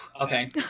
Okay